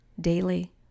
daily